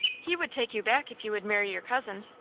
he would take you back if you would marry your cousin.